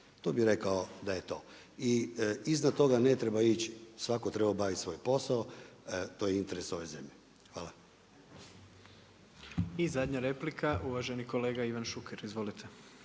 to bi rekao da je to i iznad toga ne treba ići. Svako treba obaviti svoj posao, to je interes ove zemlje. Hvala. **Jandroković, Gordan (HDZ)** I zadnja replika uvaženi kolega Ivan Šuker. Izvolite.